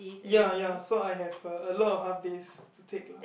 ya ya so I have a a lot of half days to take lah